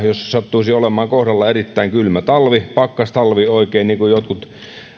jos sattuisi olemaan kohdalla erittäin kylmä talvi pakkastalvi oikein niin kuin jotkut